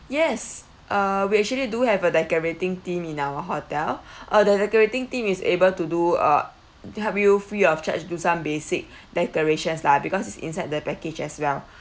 yes uh we actually do have a decorating team in our hotel uh the decorating team is able to do uh help you free of charge do some basic decorations lah because it's inside the package as well